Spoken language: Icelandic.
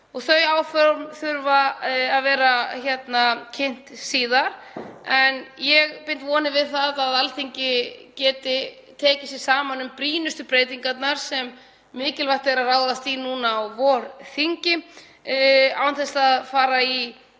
Þau áform þurfa að vera kynnt síðar en ég bind vonir við að Alþingi geti tekið sig saman um brýnustu breytingarnar sem mikilvægt er að ráðast í núna á vorþingi án þess að fara í